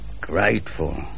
Grateful